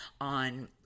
on